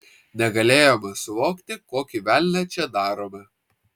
negalėjome suvokti kokį velnią čia darome